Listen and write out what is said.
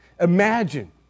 Imagine